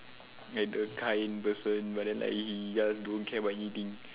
like the kind person but then like he just don't care about anything